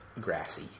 grassy